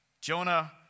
Jonah